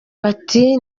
bati